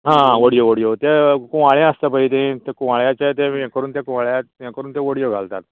आं वोडयो वोडयो तें कुवाळे आसता पय तें त्या कुवाळ्याचे तें तें हें करून तें कुवाळ्या हें करून तें वोडयो घालतात